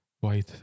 white